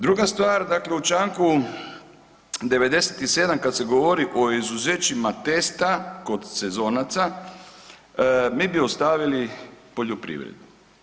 Druga stvar, dakle u čl. 97. kad se govori o izuzećima testa kod sezonaca, mi bi ostavili poljoprivredu.